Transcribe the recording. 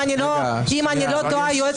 אם אני לא טועה,